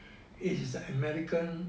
is is an american